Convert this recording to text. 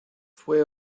fue